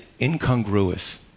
Incongruous